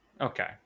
okay